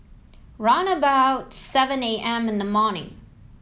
round about seven A M in the morning